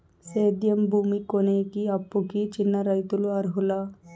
సేద్యం భూమి కొనేకి, అప్పుకి చిన్న రైతులు అర్హులా?